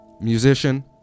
Musician